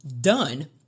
done